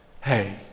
hey